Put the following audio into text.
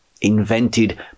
invented